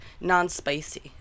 non-spicy